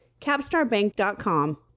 CapstarBank.com